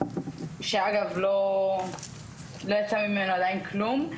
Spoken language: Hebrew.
שאגב לא יצא ממנו עדיין כלום,